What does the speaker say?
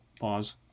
Pause